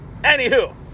Anywho